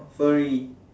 furry